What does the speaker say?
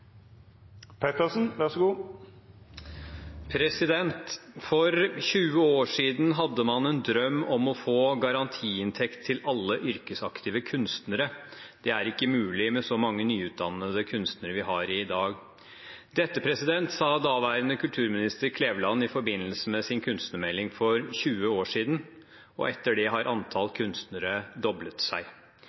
mulig med så mange nyutdannede kunstnere som vi har i dag. Dette sa daværende kulturminister Kleveland i forbindelse med sin kunstnermelding for 20 år siden, og etter det har antall kunstnere doblet seg.